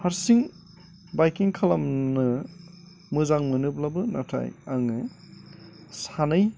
हारसिं बायकिं खालामनो मोजां मोनोब्लाबो नाथाय आङो सानै